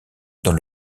dans